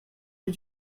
did